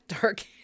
dark